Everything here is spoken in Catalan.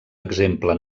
exemple